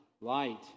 light